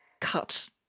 cut